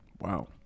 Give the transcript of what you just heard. Wow